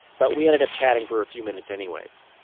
but we ended up chatting for a few minutes anyways